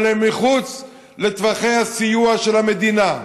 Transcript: אבל הם מחוץ לטווחי הסיוע של המדינה.